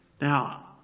Now